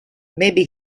maybe